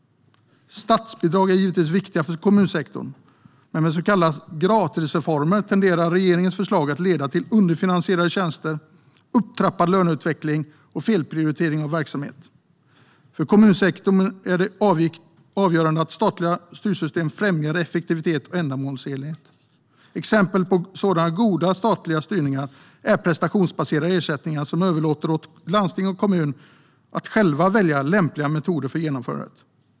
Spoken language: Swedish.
Statsbidrag är givetvis viktiga för kommunsektorn, men med så kallade gratisreformer tenderar regeringens förslag att leda till underfinansierade tjänster, upptrappad löneutveckling och felprioritering av verksamhet. För kommunsektorn är det avgörande att statliga styrsystem främjar effektivitet och ändamålsenlighet. Exempel på sådan god statlig styrning är prestationsbaserade ersättningar som överlåter åt landsting och kommuner att själva välja lämpliga metoder för genomförandet.